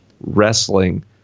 wrestling